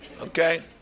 Okay